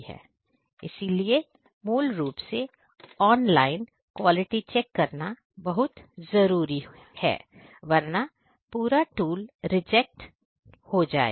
इसीलिए मूल रूप से ऑनलाइन क्वालिटी चेक करना बहुत जरूरी है वरना पूरा टूल रिजेक्ट हो जाएगा